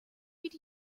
did